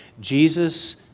Jesus